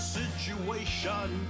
situation